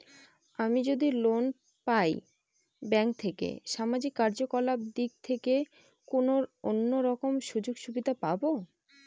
আমি যদি লোন পাই ব্যাংক থেকে সামাজিক কার্যকলাপ দিক থেকে কোনো অন্য রকম সুযোগ সুবিধা পাবো?